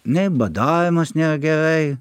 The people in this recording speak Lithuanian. nei badavimas nėr gerai